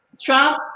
Trump